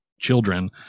children